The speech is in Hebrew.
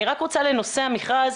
אני רק רוצה לנושא המכרז,